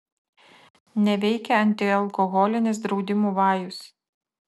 neveikia antialkoholinis draudimų vajus